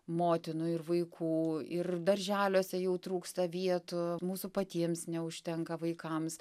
motinų ir vaikų ir darželiuose jau trūksta vietų mūsų patiems neužtenka vaikams